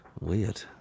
weird